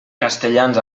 castellans